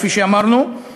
כפי שאמרנו,